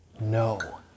No